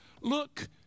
Look